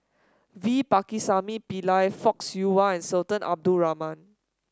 V Pakirisamy Pillai Fock Siew Wah Sultan Abdul Rahman